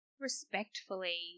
respectfully